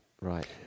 Right